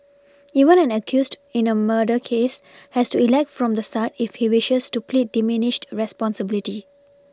even an accused in a murder case has to elect from the start if he wishes to plead diminished responsibility